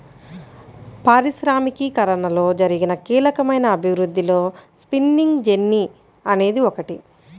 పారిశ్రామికీకరణలో జరిగిన కీలకమైన అభివృద్ధిలో స్పిన్నింగ్ జెన్నీ అనేది ఒకటి